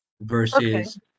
Versus